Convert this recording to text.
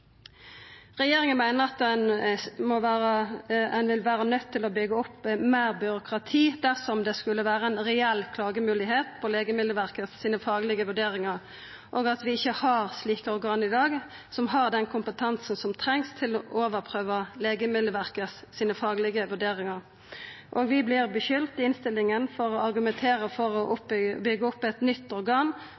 Regjeringa meiner at ein ville vera nøydd til å byggja opp meir byråkrati dersom det skulle vera ei reell klagemoglegheit over dei faglege vurderingane til Legemiddelverket, og at vi ikkje har organ i dag som har den kompetansen som trengst for å overprøva dei. Vi vert skulda i innstillinga for å argumentera for å byggja opp eit nytt organ